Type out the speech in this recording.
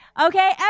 Okay